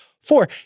Four